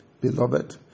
beloved